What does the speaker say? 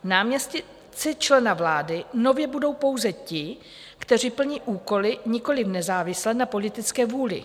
Náměstci člena vlády nově budou pouze ti, kteří plní úkoly nikoliv nezávisle na politické vůli.